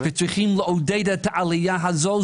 וצריך לעודד את העלייה הזאת.